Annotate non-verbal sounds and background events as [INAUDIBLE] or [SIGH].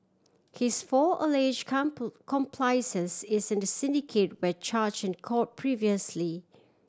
his four allege [UNINTELLIGIBLE] accomplices is in the syndicate where charge in court previously